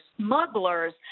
smugglers